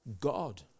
God